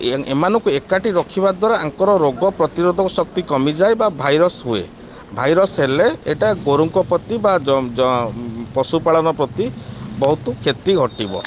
ଏମାନଙ୍କୁ ଏକାଠି ରଖିବା ଦ୍ୱାରା ଆଙ୍କର ରୋଗ ପ୍ରତିରୋଧକ ଶକ୍ତି କମିଯାଏ ବା ଭାଇରସ୍ ହୁଏ ଭାଇରସ୍ ହେଲେ ଏଇଟା ଗୋରୁଙ୍କ ପ୍ରତି ବା ପଶୁପାଳନ ପ୍ରତି ବହୁତ କ୍ଷତି ଘଟିବ